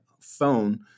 phone